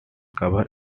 cover